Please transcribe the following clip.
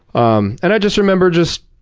um and i just remember just